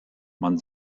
man